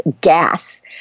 gas